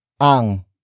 ang